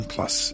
Plus